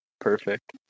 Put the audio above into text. Perfect